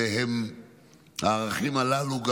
והערכים הללו,